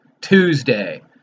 Tuesday